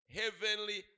heavenly